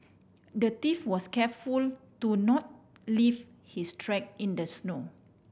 the thief was careful to not leave his track in the snow